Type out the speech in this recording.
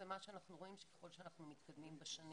ומה שאנחנו רואים שככל שאנחנו מתקדמים בשנים